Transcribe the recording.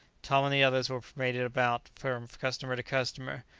tom and the others were paraded about from customer to customer,